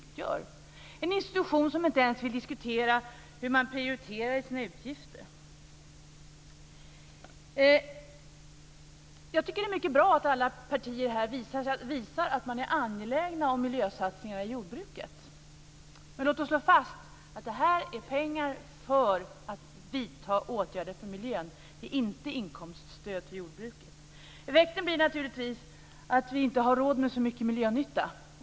Det är en institution som inte ens vill diskutera hur man prioriterar i sina utgifter. Jag tycker att det är bra att alla partier här visar att de är angelägna om miljösatsningarna i jordbruket. Men låt oss slå fast att det är pengar för att vidta åtgärder för miljön och inte för inkomststöd till jordbruket. Effekten blir naturligtvis att vi inte har råd med så mycket miljönytta.